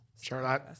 Charlotte